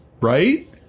right